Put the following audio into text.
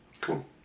Cool